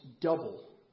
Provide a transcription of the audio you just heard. double